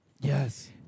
yes